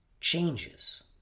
changes